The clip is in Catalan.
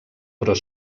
però